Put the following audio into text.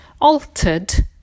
altered